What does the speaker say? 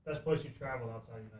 place to travel outside